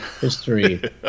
history